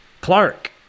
Clark